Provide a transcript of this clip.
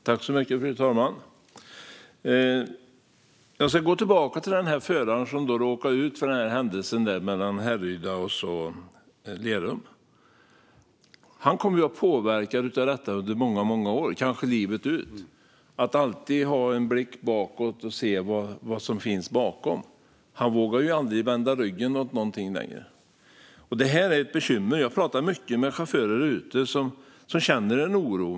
Fru talman! Låt mig gå tillbaka till föraren som råkade ut för den där händelsen mellan Härryda och Lerum. Han kommer att vara påverkad av detta under många år, kanske livet ut. Han kommer alltid att ha en blick bakåt och se vad som finns där. Han kommer aldrig att våga vända ryggen åt något längre. Detta är ett bekymmer. Jag pratar mycket med chaufförer där ute som känner en oro.